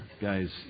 guys